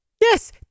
Yes